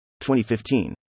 2015